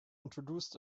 introduced